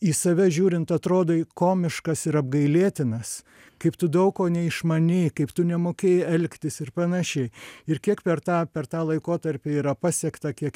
į save žiūrint atrodai komiškas ir apgailėtinas kaip tu daug ko neišmanei kaip tu nemokėjai elgtis ir panašiai ir kiek per tą per tą laikotarpį yra pasiekta kiek